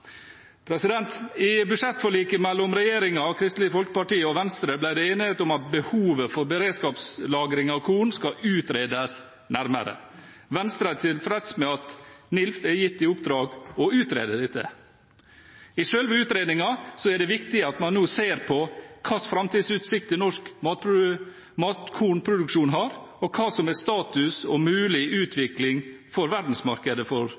I budsjettforliket mellom regjeringen, Kristelig Folkeparti og Venstre ble det enighet om at behovet for beredskapslagring av korn skal utredes nærmere. Venstre er tilfreds med at NILF er gitt i oppdrag å utrede dette. I selve utredningen er det viktig at man nå ser på hvilke framtidsutsikter norsk matkornproduksjon har, og hva som er status og mulig utvikling for verdensmarkedet for